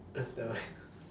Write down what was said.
uh never mind